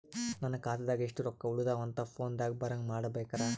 ನನ್ನ ಖಾತಾದಾಗ ಎಷ್ಟ ರೊಕ್ಕ ಉಳದಾವ ಅಂತ ಫೋನ ದಾಗ ಬರಂಗ ಮಾಡ ಬೇಕ್ರಾ?